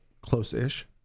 close-ish